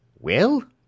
Well